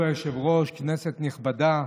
כבוד היושב-ראש, כנסת נכבדה,